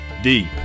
Deep